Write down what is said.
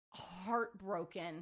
heartbroken